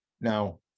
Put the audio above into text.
Now